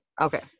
Okay